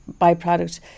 byproduct